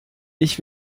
ich